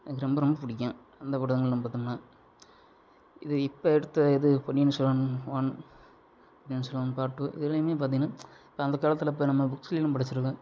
எனக்கு ரொம்ப ரொம்ப பிடிக்கும் அந்த படங்கள் நம்ம பாத்தோம்னா இது இப்போ எடுத்த இது Ponniyin Selvan one Ponniyin Selvan part two எதுலேயுமே பார்த்திங்கனா இப்போ அந்த காலத்தில் இப்போ நம்ம புக்ஸ்லேயும் படித்து இருக்கேன்